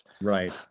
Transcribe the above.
Right